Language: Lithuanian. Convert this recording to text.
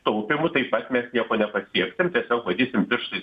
taupymu taip pat mes nieko nepasieksim tiesiog badysim pirštais